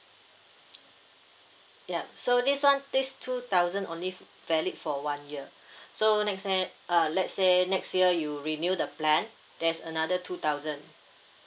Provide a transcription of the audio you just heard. ya so this one this two thousand only valid for one year so next time err let's say next year you renew the plan there's another two thousand